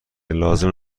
لازم